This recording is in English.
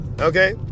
Okay